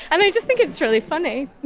and i just think it's really funny